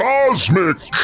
Cosmic